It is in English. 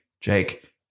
Jake